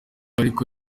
ariko